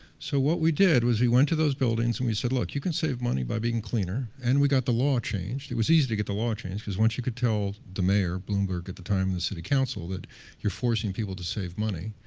so what we did was we went to those buildings and we said, look. you can save money by being cleaner. and we got the law changed. it was easy to get the law changed, because once you could tell the mayor, bloomberg at the time, and the city council that you're forcing people to save money,